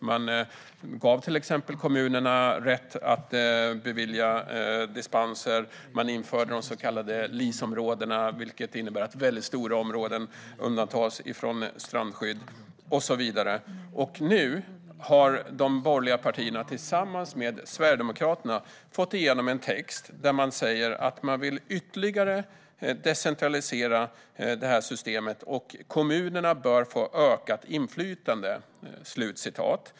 Man gav till exempel kommunerna rätt att bevilja dispenser, man införde de så kallade LIS-områdena som innebär att väldigt stora områden undantas från strandskydd och så vidare. Nu har de borgerliga partierna tillsammans med Sverigedemokraterna fått igenom en text där man säger att man vill decentralisera systemet ytterligare och att kommunerna bör få ökat inflytande.